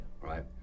right